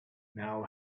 now